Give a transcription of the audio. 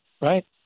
right